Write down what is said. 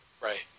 Right